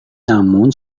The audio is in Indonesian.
namun